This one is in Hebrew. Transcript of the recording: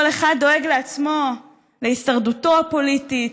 כל אחד דואג לעצמו, להישרדותו הפוליטית,